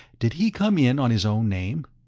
did he come in on his own name?